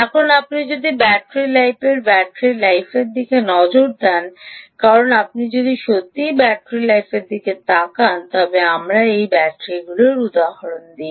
এখন আপনি যদি ব্যাটারি লাইফের ব্যাটারি লাইফের দিকে নজর দেন কারণ আপনি যদি ব্যাটারি লাইফের দিকে তাকান তবে আমরা সেই ব্যাটারির উদাহরণ নিই